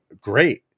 great